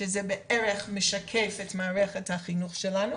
שזה בערך משקף את מערכת החינוך שלנו,